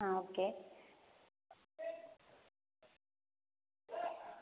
ആ ഓക്കെ